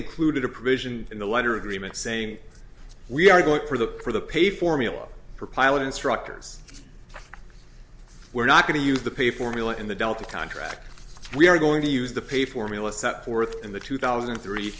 included a provision in the letter agreement saying we are going for the for the pay formula for pilot instructors we're not going to use the pay formula in the delta contract we are going to use the pay formula set forth in the two thousand and three